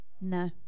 No